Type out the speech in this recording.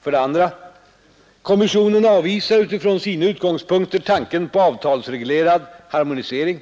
För det andra: Kommissionen avvisar utifrån sina utgångspunkter tanken på avtalsreglerad harmonisering.